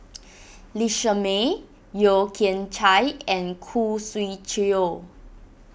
Lee Shermay Yeo Kian Chye and Khoo Swee Chiow